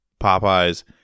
Popeye's